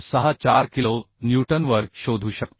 64 kilo न्यूटनवर शोधू शकतो